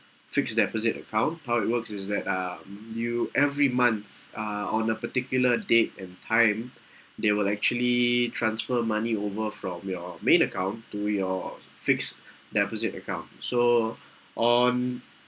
fixed deposit account how it works is that uh mm you every month uh on a particular date and time they will actually transfer money over from your main account to your fixed deposit account so on